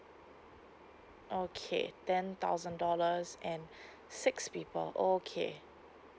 okay ten thousand dollars and six people or okay